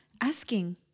asking